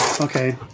Okay